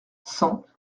cent